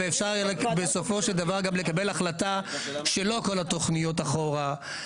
ואפשר גם בסופו של דבר לקבל החלטה שלא כל התוכניות אחורה.